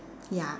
ya